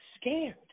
scared